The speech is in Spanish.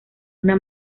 una